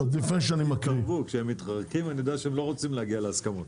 כשהם מתרחקים אני יודע שהם לא רוצים לפתור בעיות.